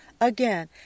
Again